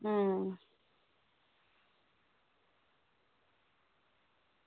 अं